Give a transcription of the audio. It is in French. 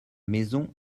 maison